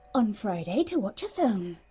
on friday. to watch a film.